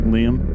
Liam